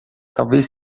talvez